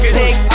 take